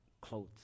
clothes